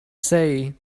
say